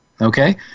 Okay